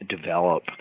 develop